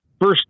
first